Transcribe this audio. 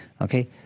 okay